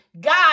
God